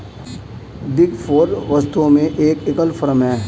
big four वास्तव में एक एकल फर्म है